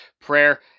Prayer